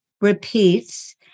repeats